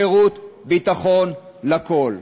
שירות ביטחון לכול.